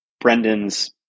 brendan's